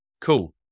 Cool